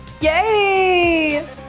Yay